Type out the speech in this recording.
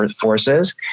forces